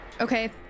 Okay